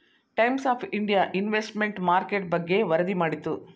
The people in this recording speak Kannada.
times of India investment market ಬಗ್ಗೆ ವರದಿ ಮಾಡಿತು